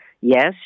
yes